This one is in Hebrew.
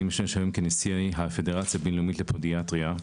אני משמש היום כנשיא הפדרציה הבין-לאומית לפודיאטריה.